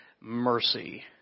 mercy